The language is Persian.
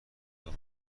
حقوق